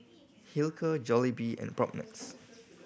Hilker Jollibee and Propnex